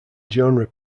genre